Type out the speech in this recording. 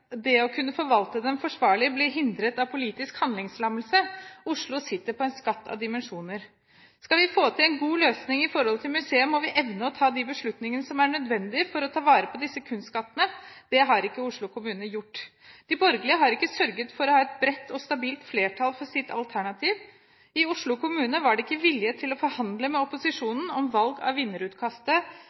det å kunne forvalte den forsvarlig, blir hindret av politisk handlingslammelse. Oslo sitter på en skatt av dimensjoner. Skal vi få til en god løsning for museet, må vi evne å ta de beslutningene som er nødvendige for å ta vare på disse kunstskattene. Det har ikke Oslo kommune gjort. De borgerlige har ikke sørget for å ha et bredt og stabilt flertall for sitt alternativ. I Oslo kommune var de ikke villig til å forhandle med opposisjonen om valg av vinnerutkastet